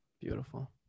Beautiful